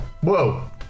Whoa